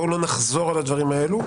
בואו לא נחזור על הדברים האלו.